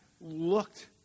looked